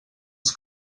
els